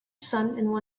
son